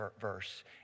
verse